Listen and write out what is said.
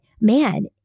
man